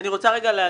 אני רוצה לומר